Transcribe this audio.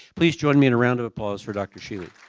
please join me in a round of applause for dr. sheley.